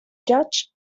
judge